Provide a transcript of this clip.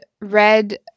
read